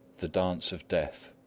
the dance of death